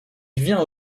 vient